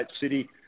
city